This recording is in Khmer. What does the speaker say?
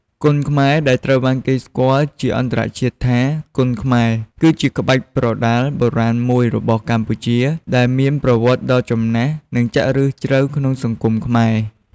គុនខ្មែរ ដែលត្រូវបានគេស្គាល់ជាអន្តរជាតិថាជា Kun Khmer គឺជាក្បាច់គុនប្រដាល់បុរាណមួយរបស់កម្ពុជា ដែលមានប្រវត្តិដ៏ចំណាស់និងចាក់ឫសជ្រៅក្នុងសង្គមខ្មែរ។